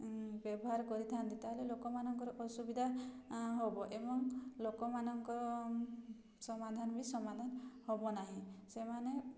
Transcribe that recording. ବ୍ୟବହାର କରିଥାନ୍ତି ତା'ହେଲେ ଲୋକମାନଙ୍କର ଅସୁବିଧା ହବ ଏବଂ ଲୋକମାନଙ୍କ ସମାଧାନ ବି ସମାଧାନ ହବ ନାହିଁ ସେମାନେ